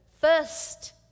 first